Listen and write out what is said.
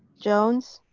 jones,